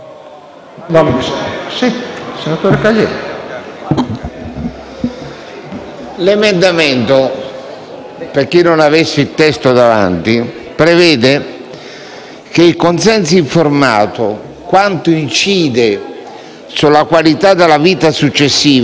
Presidente, per chi non avesse il testo davanti, l'emendamento prevede che «Il consenso informato, quando incide sulla qualità della vita successiva è espresso dal minore che ha compiuto 16 anni.».